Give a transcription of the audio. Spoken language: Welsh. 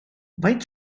faint